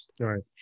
Right